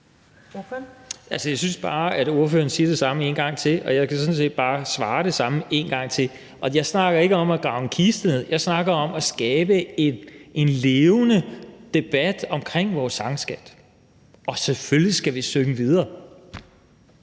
Jeg synes bare, at ordføreren siger det samme en gang til, og jeg kan sådan set bare svare det samme en gang til: Jeg snakker ikke om at grave en kiste ned; jeg snakker om at skabe en levende debat om vores sangskat. Og selvfølgelig skal vi synge videre.